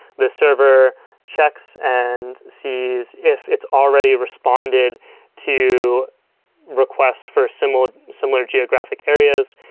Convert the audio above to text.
the server checks and sees if it's already responded to requests for similar similar geographic areas.